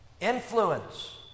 influence